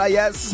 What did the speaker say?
yes